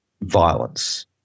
violence